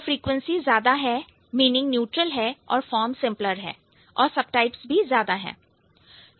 तो फ्रीक्वेंसी ज्यादा हैमीनिंग न्यूट्रल है और फॉर्म सिंपलर है सबटाइप्स ज्यादा है